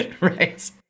Right